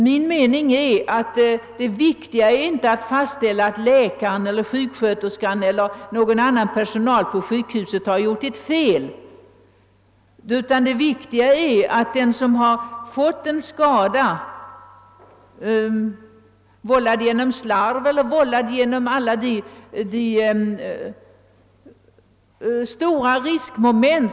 Min mening är att det viktiga inte är att fastställa att läkaren, sjuksköterskan eller någon annan anställd på sjukhuset har gjort ett fel utan måste vara att hjälpa den som har fått en skada vållad genom slarv eller uppkommen genom alla de riskmomen!